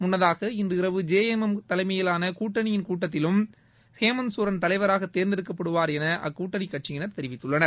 முன்னதாக இன்றிரவு J M M தலைமையிலான கூட்டணியின் கூட்டத்திலும் ஹேமந்த் சோரன் தலைவராக தேர்ந்தெடுக்கப்படுவார் என கூட்டணி கட்சியினர் தெரிவித்துள்ளனர்